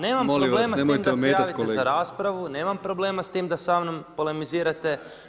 nemam problema s tim da se javite za raspravu, nemam problema s tim da sa mnom polemizirate.